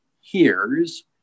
hears